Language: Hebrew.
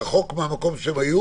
רחוק מהמקום שהם היו